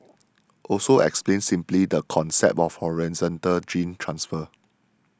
also explained simply the concept of horizontal gene transfer